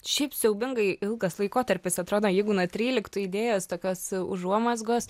šiaip siaubingai ilgas laikotarpis atrodo jeigu nuo tryliktų idėjos tokios užuomazgos